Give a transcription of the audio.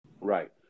Right